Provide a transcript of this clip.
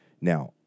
Now